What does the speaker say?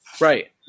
Right